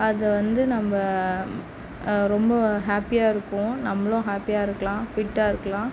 அதை வந்து நம்ம ரொம்ப ஹாப்பியா இருக்கும் நம்மளும் ஹாப்பியா இருக்கலாம் ஃபிட்டாக இருக்கலாம்